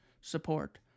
support